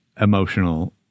emotional